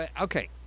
Okay